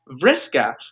Vriska